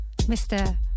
Mr